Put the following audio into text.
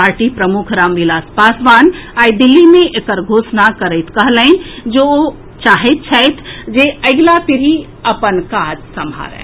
party प्रमुख रामविलास पासवान आइ दिल्ली मे एकर घोषणा करैत कहलनि जे ओ चाहैत छथि जे अगिला पीढ़ी अपन काज सम्हारए